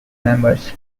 members